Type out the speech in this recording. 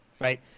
right